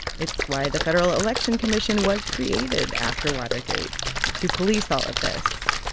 it's why the federal election commission was created after watergate to police all of this.